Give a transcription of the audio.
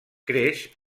creix